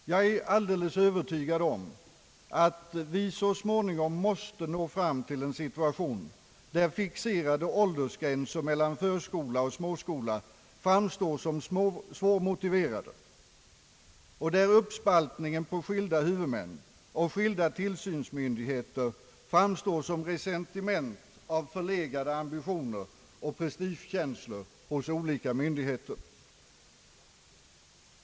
Jag är alldeles övertygad om att vi så småningom måste nå fram till en situation där fixerade åldersgränser mellan förskola och småskola framstår som svårmotiverade och där uppspaltningen på skilda huvudmän och skilda tillsynsmyndigheter framstår som ressentiment av förlegade ambitioner och prestigekänslor hos olika myndigheter.